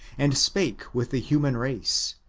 and spake with the human race,